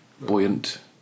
buoyant